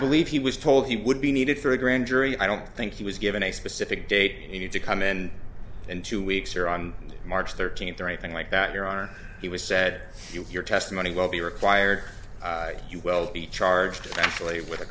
believe he was told he would be needed for a grand jury i don't think he was given a specific date you need to come in in two weeks or on march thirteenth or anything like that your honor he was said your testimony will be required you well be charged actually with a